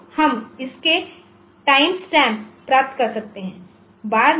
तो हम इसके टाइमस्टैम्प प्राप्त कर सकते हैं